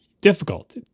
difficult